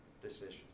decision